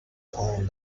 climbed